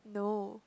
no